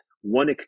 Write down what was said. one